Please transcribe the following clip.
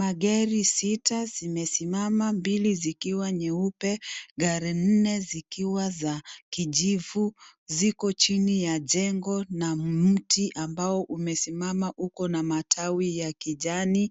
Magari sita zimesimama mbili zikiwa nyeupe, gari nne zikiwa za kijivu ziko chini ya jengo na mti ambao umesimama uko na matawi ya kijani,